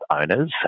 owners